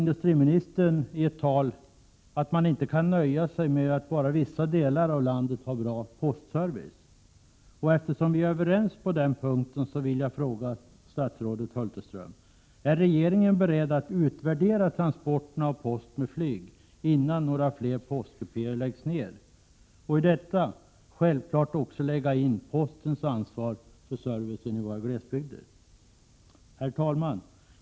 Industriministern sade i ett tal i går att man kan inte nöja sig med att bara vissa delar av landet har bra postservice. Eftersom vi är överens på den punkten vill jag fråga statsrådet Hulterström: Är regeringen beredd att utvärdera transporterna av post med flyg — och i detta självfallet också lägga in postens ansvar för servicen i våra glesbygder — innan fler postkupéer läggs ned? Herr talman!